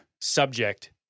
subject